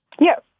Yes